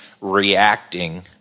reacting